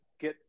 get